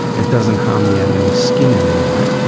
it doesn't harm the animal's skin in any way.